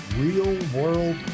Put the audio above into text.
real-world